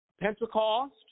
Pentecost